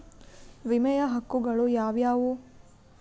ವಿಮೆಯ ಹಕ್ಕುಗಳು ಯಾವ್ಯಾವು?